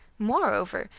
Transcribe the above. moreover,